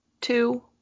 two